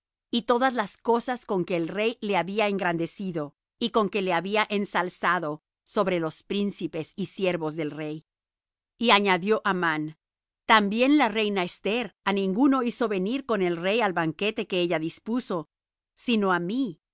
y todas las cosas con que el rey le había engrandecido y con que le había ensalzado sobre los príncipes y siervos del rey y añadió amán también la reina esther á ninguno hizo venir con el rey al banquete que ella dispuso sino á mí